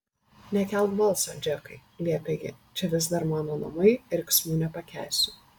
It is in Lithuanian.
nekelk balso džekai liepė ji čia vis dar mano namai riksmų nepakęsiu